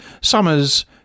summer's